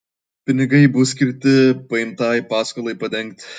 pinigai bus skirti paimtai paskolai padengti